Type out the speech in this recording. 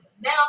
Now